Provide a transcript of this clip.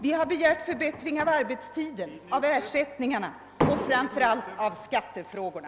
Vi har begärt för bättringar av arbetstider och ersättningar och framför allt förbättringar när det gäller skattefrågorna.